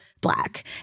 black